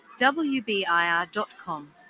WBIR.com